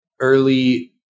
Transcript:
early